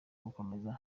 gukomeza